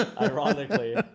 Ironically